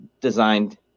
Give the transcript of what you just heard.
designed